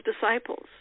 disciples